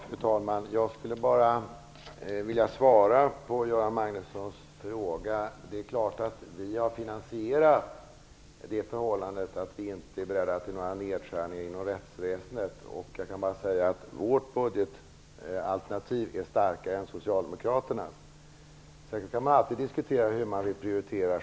Fru talman! Jag skulle bara vilja svara på Göran Det är klart att vi har finansierat det faktum att vi inte är beredda till några nedskärningar inom rättsväsendet. Jag kan bara säga att vårt budgetalternativ är starkare än socialdemokraternas. Sedan kan man självfallet alltid diskutera hur man vill prioritera.